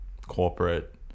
Corporate